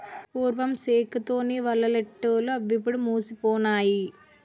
పూర్వం సేకు తోని వలలల్లెటూళ్లు అవిప్పుడు మాసిపోనాయి